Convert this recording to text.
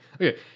okay